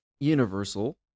universal